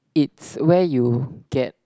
it's where you get